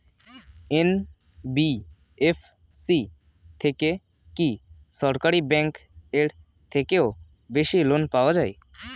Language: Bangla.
এন.বি.এফ.সি থেকে কি সরকারি ব্যাংক এর থেকেও বেশি লোন পাওয়া যায়?